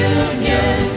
union